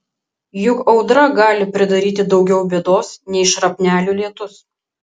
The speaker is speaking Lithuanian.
juk audra gali pridaryti daugiau bėdos nei šrapnelių lietus